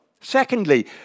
Secondly